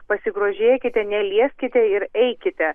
pasigrožėkite nelieskite ir eikite